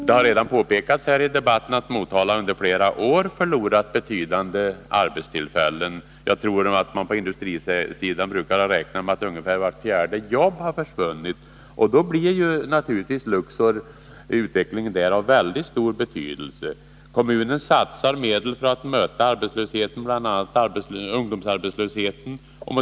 Det har redan påpekats här i debatten att Motala under flera år förlorat ett betydande antal arbetstillfällen. Jag tror att man på industrisidan brukar räkna med att ungefär vart fjärde jobb har försvunnit. Då blir Luxor och utvecklingen där naturligtvis av väldigt stor betydelse. Kommunen satsar medel för att möta arbetslösheten, bl.a. ungdomsarbetslösheten.